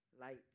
light